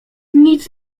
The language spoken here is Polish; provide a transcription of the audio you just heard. nic